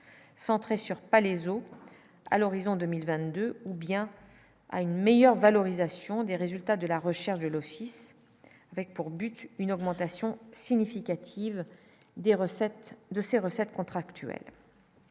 centré sur Palaiseau à l'horizon 2020, 2 ou bien à une meilleure valorisation des résultats de la recherche de l'office, avec pour but une augmentation significative des recettes de ses